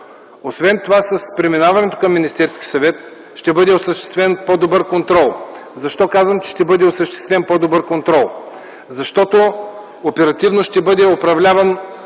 28. С преминаването към Министерския съвет ще бъде осъществен по-добър контрол. Защо казвам, че ще бъде осъществен по-добър контрол? Защото оперативно ще бъде управляван